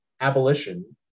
abolition